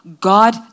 God